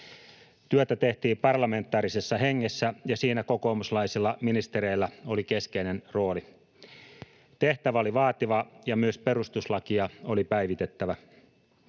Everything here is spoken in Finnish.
Työtä tehtiin parlamentaarisessa hengessä, ja siinä kokoomuslaisilla ministereillä oli keskeinen rooli. Tehtävä oli vaativa, ja myös perustuslakia oli päivitettävä.